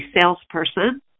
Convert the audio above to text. salesperson